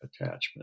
attachment